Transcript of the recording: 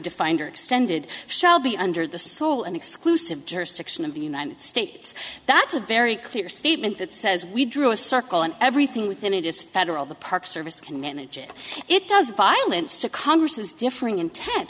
defined or extended shall be under the sole and exclusive jurisdiction of the united states that's a very clear statement that says we drew a circle and everything within it is federal the park service can manage it it does violence to congress's differing intent